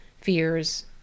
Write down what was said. fears